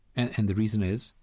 and and the reason is,